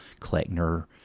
Kleckner